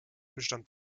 bestand